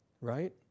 right